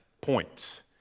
point